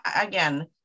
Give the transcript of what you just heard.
again